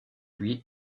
lui